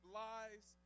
lies